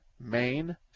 Main